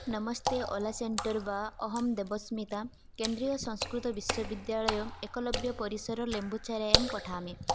नमस्ते ओला सेन्टर् वा अहं देवस्मिता केन्द्रीयसंस्कृतविश्वविद्यालयं एकलव्यपरिसरलेम्बुचरायां पठामि